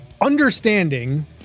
understanding